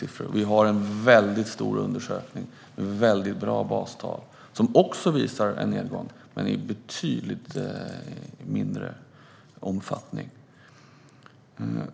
Vi har en väldigt stor undersökning med bra bastal som också visar på en nedgång, men i betydligt mindre omfattning.